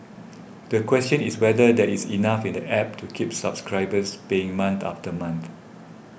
the question is whether there is enough in the App to keep subscribers paying month after month